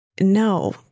no